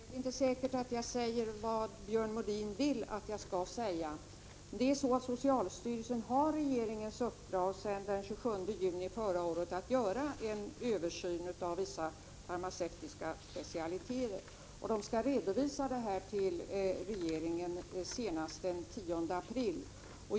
Herr talman! Det är inte säkert att jag säger vad Björn Molin vill att jag skall säga. Socialstyrelsen har regeringens uppdrag sedan den 27 juni förra året att göra en översyn av vissa farmaceutiska specialiteter. Socialstyrelsen skall redovisa sitt förslag till regeringen senast den 10 april.